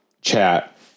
chat